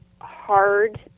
hard